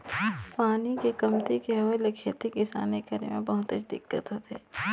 पानी के कमती के होय ले खेती किसानी करे म बहुतेच दिक्कत होथे